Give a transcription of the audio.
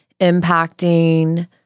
impacting